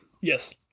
Yes